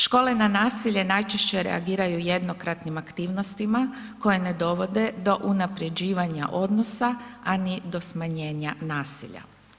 Škole na nasilje najčešće reagiraju jednokratnim aktivnostima koje ne dovode do unaprjeđivanja odnosa a ni do smanjenja nasilja.